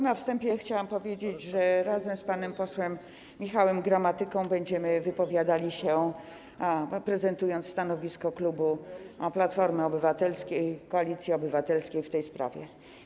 Na wstępie chciałabym powiedzieć, że razem z panem posłem Michałem Gramatyką będziemy wypowiadali się, prezentując stanowisko klubu Platformy Obywatelskiej - Koalicji Obywatelskiej w tej sprawie.